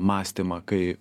mąstymą kai